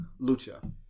Lucha